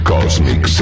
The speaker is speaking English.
Cosmic